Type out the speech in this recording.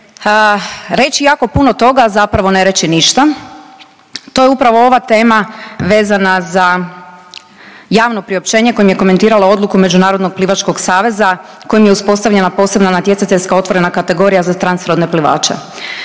reći jako puno toga, zapravo ne reći ništa. To je upravo ova tema vezana za javno priopćenje kojom je komentirala odluku Međunarodnog plivačkog saveza kojim je uspostavljena posebna natjecateljska otvorena kategorija za transrodne plivače.